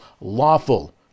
lawful